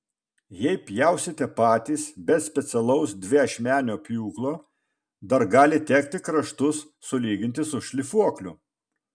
jei pjausite patys be specialaus dviašmenio pjūklo dar gali tekti kraštus sulyginti su šlifuokliu